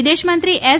વિદેશમંત્રી એસ